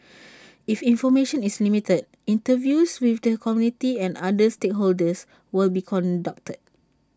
if information is limited interviews with the community and other stakeholders will be conducted